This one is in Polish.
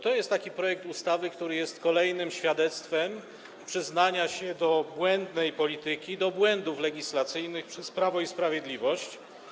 To jest taki projekt ustawy, który jest kolejnym świadectwem przyznania się do błędnej polityki, do błędów legislacyjnych przez Prawo i Sprawiedliwość.